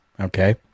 okay